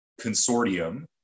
consortium